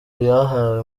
byahawe